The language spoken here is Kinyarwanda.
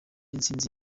intsinzi